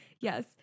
Yes